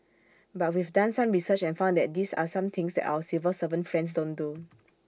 but we've done some research and found that these are some things that our civil servant friends don't do